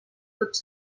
tots